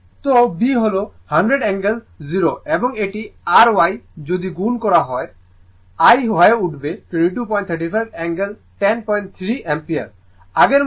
তো b হল 100 angle 0 এবং এটি r Y যদি গুণ করা হয় I হয়ে উঠবে 2235 অ্যাঙ্গেল 103o অ্যাম্পিয়ার আগের মতো একই